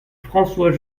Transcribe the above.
françois